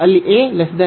ಅಲ್ಲಿ acb